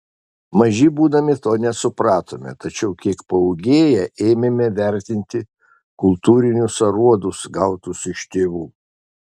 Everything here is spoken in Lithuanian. maži būdami to nesupratome tačiau kiek paūgėję ėmėme vertinti kultūrinius aruodus gautus iš tėvų